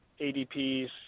adps